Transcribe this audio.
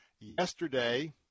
yesterday